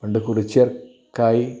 പണ്ട് കുറിച്യർക്കായി